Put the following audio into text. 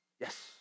Yes